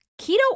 keto